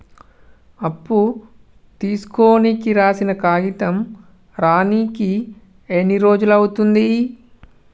అప్పు తీసుకోనికి రాసిన కాగితం రానీకి ఎన్ని రోజులు అవుతది?